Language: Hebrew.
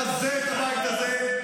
תמשיך לחלום --- אתה מבזה את הבית הזה.